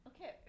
Okay